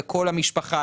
לכל המשפחה,